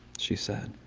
she said.